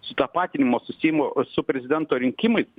sutapatinimo susiejimo su prezidento rinkimais